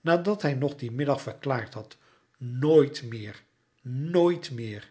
nadat hij nog dien middag verklaard had nooit meer nooit meer